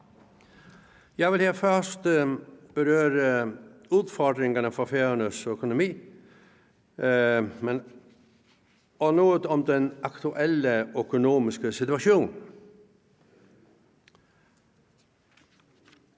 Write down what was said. Jeg vil her først berøre udfordringerne for Færøernes økonomi og noget om den aktuelle økonomiske situation.